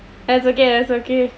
it's ok it's ok